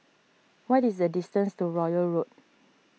what is the distance to Royal Road